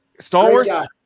Stallworth